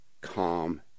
calm